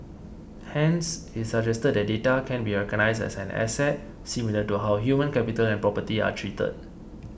hence it suggested that data can be recognised as an asset similar to how human capital and property are treated